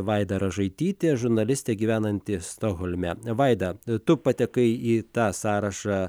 vaida ražaitytė žurnalistė gyvenanti stokholme vaida tu patekai į tą sąrašą